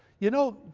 you know,